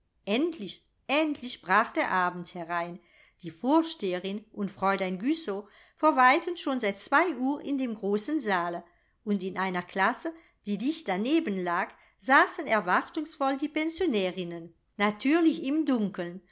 endlich endlich brach der abend herein die vorsteherin und fräulein güssow verweilten schon seit zwei uhr in dem großen saale und in einer klasse die dicht daneben lag saßen erwartungsvoll die pensionärinnen natürlich im dunkeln